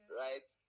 right